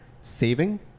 saving